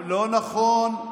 לא נכון.